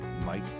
Mike